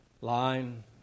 line